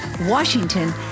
Washington